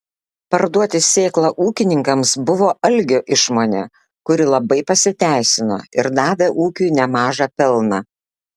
parduoti sėklą ūkininkams buvo algio išmonė kuri labai pasiteisino ir davė ūkiui nemažą pelną